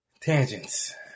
Tangents